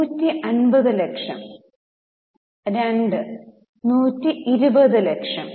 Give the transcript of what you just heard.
150 ലക്ഷം രണ്ട് 120 ലക്ഷം